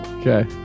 Okay